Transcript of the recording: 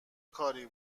کاری